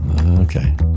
Okay